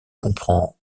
comprend